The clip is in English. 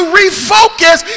refocus